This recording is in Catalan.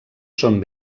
són